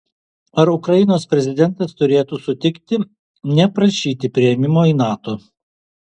ar ukrainos prezidentas turėtų sutikti neprašyti priėmimo į nato